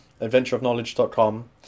adventureofknowledge.com